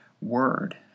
word